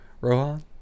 Rohan